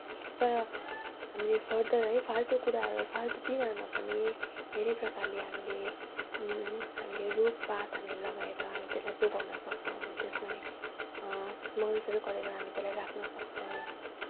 तर हामीले फर्दर है फालटु कुराहरू फालटु दिनहरूमा पनि धेरै प्रकारले हामीले हामीले रूखपात हामीले लगाएर हामीले त्यसलाई जोगाउन सक्छौँ अनि त्यसलाई मलजल गरेर हामी त्यसलाई राख्न सक्छौँ